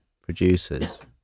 producers